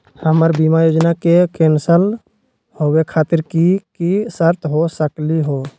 हमर बीमा योजना के कैन्सल होवे खातिर कि कि शर्त हो सकली हो?